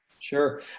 Sure